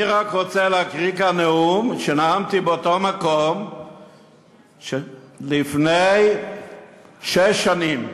אני רק רוצה להקריא כאן נאום שנאמתי באותו מקום לפני שש שנים,